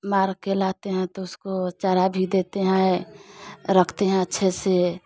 मार के लाते हैं तो उसको चारा भी देते हैं रखते हैं अच्छे से